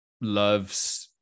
loves